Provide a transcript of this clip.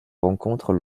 rencontrent